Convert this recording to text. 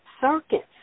circuits